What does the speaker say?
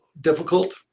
difficult